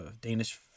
Danish